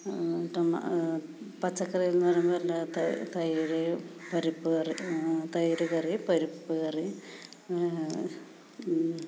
പച്ചക്കറിയിൽ നിന്ന് വരുന്നതല്ലാത്ത തൈര് പരിപ്പ് കറി തൈര് കറി പരിപ്പ് കറി